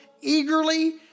eagerly